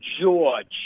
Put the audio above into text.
George